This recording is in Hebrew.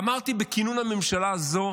ואמרתי בכינון הממשלה הזאת,